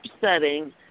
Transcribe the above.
setting